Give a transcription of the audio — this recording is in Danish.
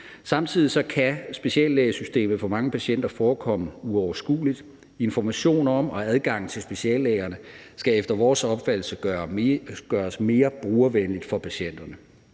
Samtidig kan speciallægesystemet for mange patienter forekomme uoverskueligt. Information om og adgang til speciallægerne skal efter vores opfattelse gøres mere brugervenlig for patienterne.